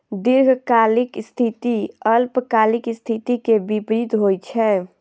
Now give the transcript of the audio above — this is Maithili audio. दीर्घकालिक स्थिति अल्पकालिक स्थिति के विपरीत होइ छै